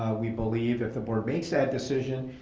ah we believe, if the board makes that decision,